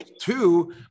two